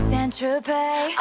Saint-Tropez